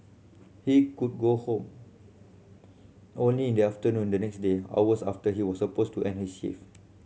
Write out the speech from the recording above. he could go home only in the afternoon the next day hours after he was supposed to end his shift